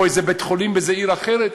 או איזה בית-חולים באיזה עיר אחרת.